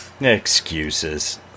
Excuses